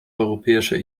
europäischer